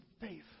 faith